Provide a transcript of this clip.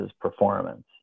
performance